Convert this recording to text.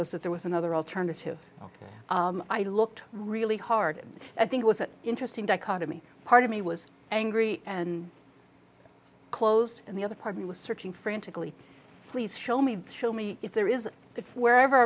was that there was another alternative i looked really hard i think was an interesting dichotomy part of me was angry and closed and the other party was searching frantically please show me show me if there is if wherever